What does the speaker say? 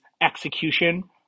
execution